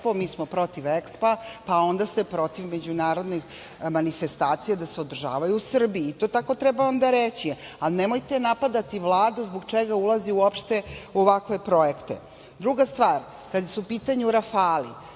mi smo protiv EKSPA, pa onda ste protiv međunarodnih manifestacija da se održavaju u Srbiji. To tako treba onda reći, a nemojte napadati Vladu zbog čega ulazi uopšte u ovakve projekte. Druga stvar, kad su u pitanju „Rafali“,